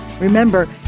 Remember